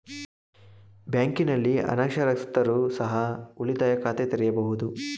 ಬ್ಯಾಂಕಿನಲ್ಲಿ ಅನಕ್ಷರಸ್ಥರು ಸಹ ಉಳಿತಾಯ ಖಾತೆ ತೆರೆಯಬಹುದು?